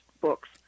books